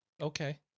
Okay